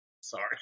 sorry